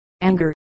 anger